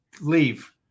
Leave